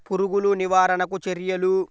పురుగులు నివారణకు చర్యలు?